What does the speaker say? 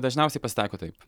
dažniausiai pasitaiko taip